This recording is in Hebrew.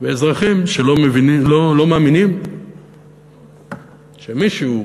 ואזרחים שלא מאמינים שמישהו כאן,